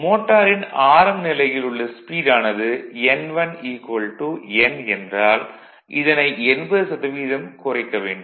மோட்டாரின் ஆரம்ப நிலையில் உள்ள ஸ்பீடு ஆனது n1 n என்றால் இதனை 80 சதவீதம் குறைக்க வேண்டும்